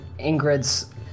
Ingrid's